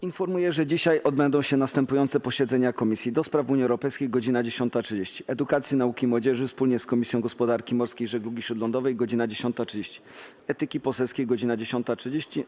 Informuję, że dzisiaj odbędą się następujące posiedzenia Komisji: - do Spraw Unii Europejskiej - godz. 10.30, - Edukacji, Nauki i Młodzieży wspólnie z Komisją Gospodarki Morskiej i Żeglugi Śródlądowej - godz. 10.30, - Etyki Poselskiej - godz. 10.30,